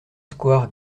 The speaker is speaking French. square